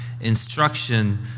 Instruction